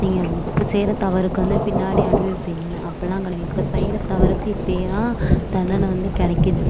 நீங்கள் இப்போ செய்யற தவறுக்கு வந்து பின்னாடி அனுபவிப்பீங்கன்னு அப்பிட்லாம் கிடயாது இப்போ செய்யற தவறுக்கு இப்பயே தான் தண்டனை வந்து கிடைக்கிது